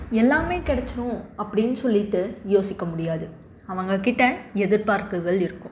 எல்லாம் கிடச்சிடும் அப்படினு சொல்லிட்டு யோசிக்க முடியாது அவங்ககிட்ட எதிர்பார்ப்புகள் இருக்கும்